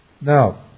Now